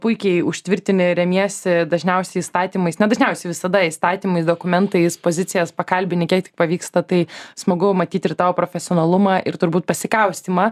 puikiai užtvirtini remiesi dažniausiai įstatymais ne dažniausiai visada įstatymais dokumentais pozicijas pakalbini kiek tik pavyksta tai smagu matyti ir tavo profesionalumą ir turbūt pasikaustymą